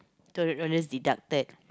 two hundred dollars deducted